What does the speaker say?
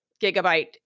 gigabyte